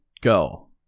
go